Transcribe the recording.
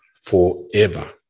forever